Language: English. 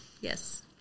Yes